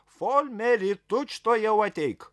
folmeri tučtuojau ateik